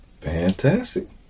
Fantastic